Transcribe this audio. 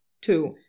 two